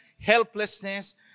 helplessness